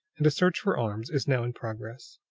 and a search for arms is now in progress.